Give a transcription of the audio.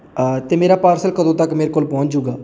ਅਤੇ ਮੇਰਾ ਪਾਰਸਲ ਕਦੋਂ ਤੱਕ ਮੇਰੇ ਕੋਲ ਪਹੁੰਚ ਜੂਗਾ